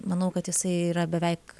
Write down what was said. manau kad jisai yra beveik